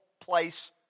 place